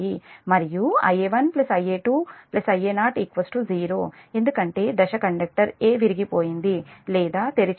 మరియుIa1 Ia2 Ia0 0 ఎందుకంటే దశ conductor 'a' విరిగిపోయింది లేదా తెరిచింది